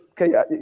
Okay